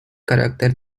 carácter